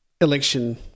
election